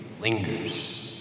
lingers